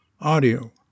Audio